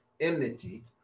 enmity